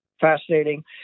fascinating